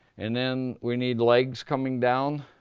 and then we need legs coming down.